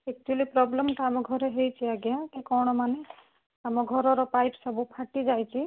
actually ପ୍ରୋବ୍ଲେମ୍ଟା ଆମ ଘରେ ହେଇଛି ଆଜ୍ଞା ତ କ'ଣ ମାନେ ଆମ ଘରର ପାଇପ୍ ସବୁ ଫାଟିଯାଇଛି